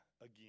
again